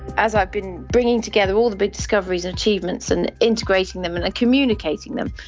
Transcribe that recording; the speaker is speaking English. as i've been bringing together all the big discoveries and achievements and integrating them and communicating them,